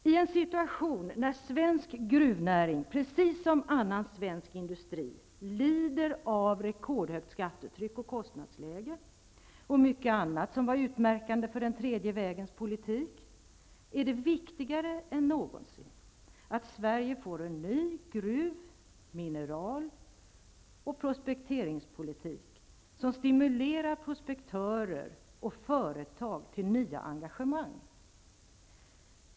I en situation då svensk gruvnäring, precis som annan svensk industri, lider av rekordhögt skattetryck och kostnadsläge och mycket annat som var utmärkande för den tredje vägens politik, är det viktigare än någonsin att Sverige får en ny gruv-, mineral och prospekteringspolitik, som stimulerar prospektörer och företag till nya engagemang.